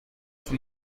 son